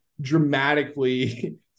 dramatically